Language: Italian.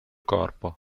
corpo